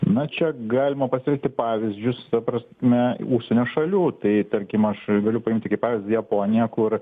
na čia galima paselėti pavyzdžius su ta prasme užsienio šalių tai tarkim aš galiu paimti kaip pavyzdį japoniją kur